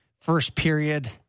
first-period